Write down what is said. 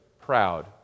proud